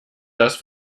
das